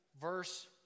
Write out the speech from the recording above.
verse